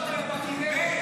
מה עם מעלה אדומים?